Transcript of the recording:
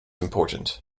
important